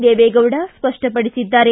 ದೇವೇಗೌಡ ಸ್ಪಷ್ಟಪಡಿಸಿದ್ದಾರೆ